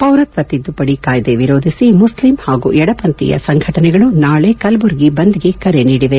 ಪೌರತ್ವ ತಿದ್ದುಪದಿ ಕಾಯ್ದೆ ವಿರೋಧಿಸಿ ಮುಸ್ಲಿಂ ಹಾಗೂ ಎಡ ಪಂಥೀಯ ಸಂಘಟನೆಗಳು ನಾಳೆ ಕೆಲಬುರಗಿ ಬಂದ್ ಗೆ ಕರೆ ನೀಡಿವೆ